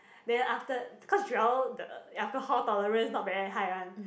then after cause Joel the alcohol tolerance not very high one